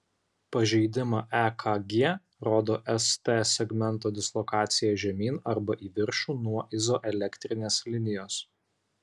pažeidimą ekg rodo st segmento dislokacija žemyn arba į viršų nuo izoelektrinės linijos